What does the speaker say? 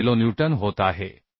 15 kilonewton होत आहे